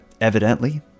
evidently